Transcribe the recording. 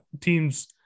teams